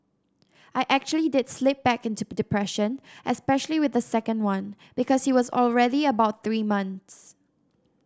I actually did slip back into depression especially with the second one because he was already about three months